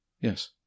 Yes